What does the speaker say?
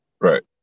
Right